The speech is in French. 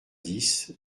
dix